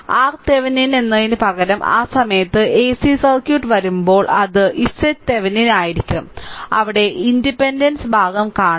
RThevenin എന്നതിനുപകരം ആ സമയത്ത് ac സർക്യൂട്ട് വരുമ്പോൾ അത് zThevenin ആയിരിക്കും അവിടെ ഇംപെഡൻസ് ഭാഗം കാണും